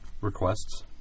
Requests